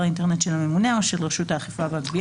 האינטרנט של הממונה או של רשות האכיפה והגבייה.